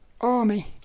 army